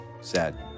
Sad